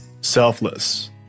Selfless